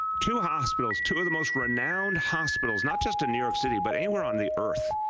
two hospitals, two of the most renowned hospitals not just in new york city but anywhere on the earth